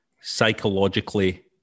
psychologically